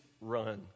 run